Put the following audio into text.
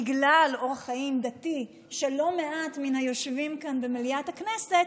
בגלל אורח חיים דתי של לא מעט מן היושבים כאן במליאת הכנסת,